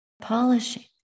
polishing